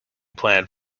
planned